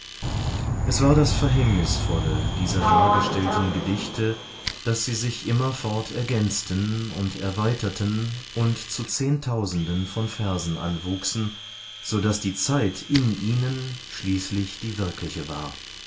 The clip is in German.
es war das verhängnisvolle dieser dargestellten gedichte daß sie sich immerfort ergänzten und erweiterten und zu zehntausenden von versen anwuchsen so daß die zeit in ihnen schließlich die wirkliche war